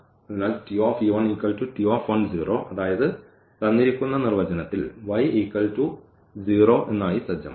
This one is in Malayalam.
അതിനാൽ അതായത് തന്നിരിക്കുന്ന നിർവചനത്തിൽ y 0 ആയി സജ്ജമാക്കും